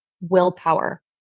willpower